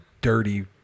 dirty